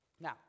Now